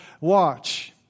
Watch